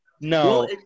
No